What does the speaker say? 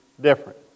different